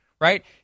right